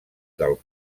del